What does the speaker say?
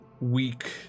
weak